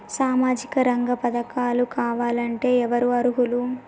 సామాజిక రంగ పథకాలు కావాలంటే ఎవరు అర్హులు?